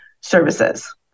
services